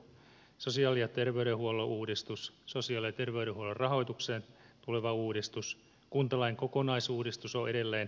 sosiaali ja terveydenhuollon uudistus sosiaali ja terveydenhuollon rahoituksen tuleva uudistus kuntalain kokonaisuudistus on edelleen menossa